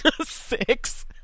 Six